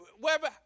wherever